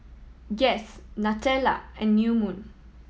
Guess Nutella and New Moon